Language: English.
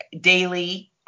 daily